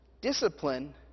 discipline